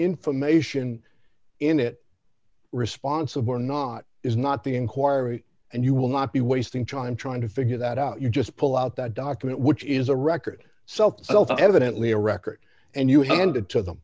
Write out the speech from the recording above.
information in it responsibly or not is not the inquiry and you will not be wasting time trying to figure that out you just pull out that document which is a record self evidently a record and you handed to them